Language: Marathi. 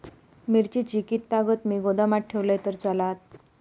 मिरची कीततागत मी गोदामात ठेवलंय तर चालात?